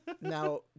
Now